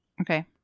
Okay